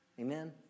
Amen